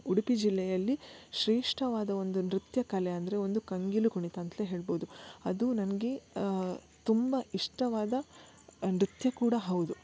ಉಡುಪಿ ಜಿಲ್ಲೆಯಲ್ಲಿ ಶ್ರೇಷ್ಠವಾದ ಒಂದು ನೃತ್ಯ ಕಲೆ ಅಂದರೆ ಒಂದು ಕಂಗಿಲು ಕುಣಿತ ಅಂತಲೇ ಹೇಳ್ಬೋದು ಅದು ನ ತುಂಬ ಇಷ್ಟವಾದ ನೃತ್ಯ ಕೂಡ ಹೌದು